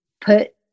put